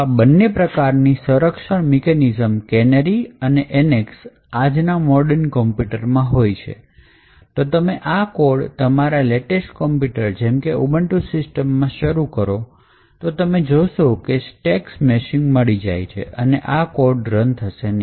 તો આ બંને પ્રકારની સંરક્ષણ મિકેનિઝમ કેનેરી અને nx આજના મોર્ડન કમ્પ્યુટરમાં હોય છે તો તમે આ કોડ તમારા લેટેસ્ટ કમ્પ્યુટર જેમકે ubuntu system માં શરૂ કરો તો તમે જોશો કે સ્ટેક smashing મળી જાય છે અને આ કોડ રન થશે નહીં